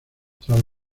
tras